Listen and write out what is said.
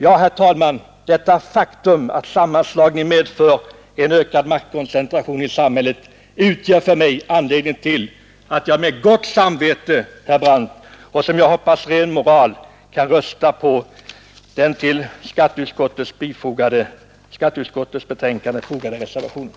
Ja, herr talman, själva detta faktum att sammanslagningen medför en ökad maktkoncentration i samhället utgör för mig anledning till att med gott samvete och, som jag hoppas, ren moral rösta på den till skatteutskottets betänkande fogade reservationen.